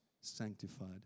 sanctified